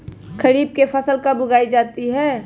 खरीफ की फसल कब उगाई जाती है?